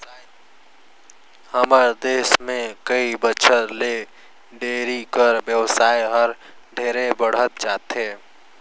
हमर देस में कई बच्छर ले डेयरी कर बेवसाय हर ढेरे बढ़हत जाथे